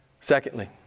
Secondly